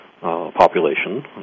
population